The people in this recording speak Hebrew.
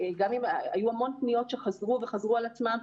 היו המון פניות שחזרו על עצמן,